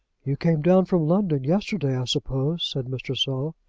you came down from london yesterday, i suppose? said mr. saul.